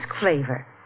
flavor